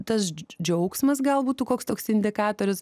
tas džiaugsmas gal būtų koks toks indikatorius